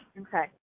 Okay